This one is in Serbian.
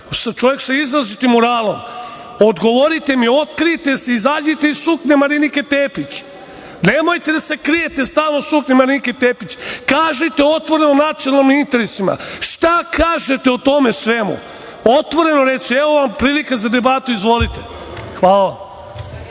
čovek sa izrazitim moralom. Odgovorite mi, otkrijte se, izađite iz suknje Marinike Tepić. Nemojte da se krijete stalno iza suknje Marinike Tepić, kažite otvoreno o nacionalnim interesima, šta kažete o tome svemu? Otvoreno reci. Evo vam prilika za debatu, izvolite. Hvala